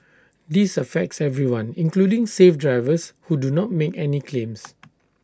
this affects everyone including safe drivers who do not make any claims